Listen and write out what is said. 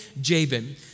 Jabin